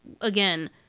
again